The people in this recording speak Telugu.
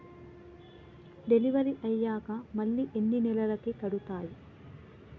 డెలివరీ అయ్యాక మళ్ళీ ఎన్ని నెలలకి కడుతాయి?